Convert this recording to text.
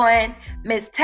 Miss